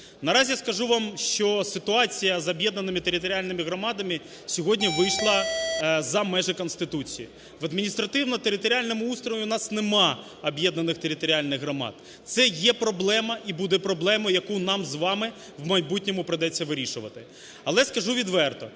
Наразі скажу вам, що ситуація з об'єднаними територіальними громадами сьогодні вийшла за межі Конституції. В адміністративно-територіальному устрої у нас немає об'єднаних територіальних громад. Це є проблема і буде проблема, яку нам з вами в майбутньому прийдеться вирішувати. Але скажу відверто,